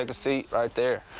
and seat right there.